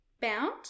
bound